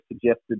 suggested